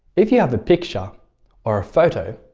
if you have a picture or a photo,